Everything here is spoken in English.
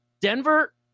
Denver